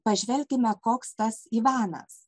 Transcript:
pažvelkime koks tas ivanas